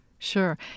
Sure